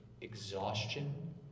exhaustion